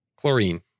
Chlorine